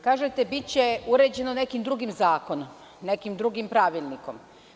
Kažete biće uređeno nekim drugim zakonom, nekim drugim pravilnikom.